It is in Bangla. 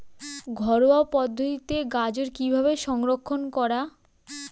ঘরোয়া পদ্ধতিতে গাজর কিভাবে সংরক্ষণ করা?